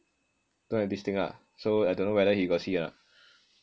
don't have this thing ah so I don't know whether got see or not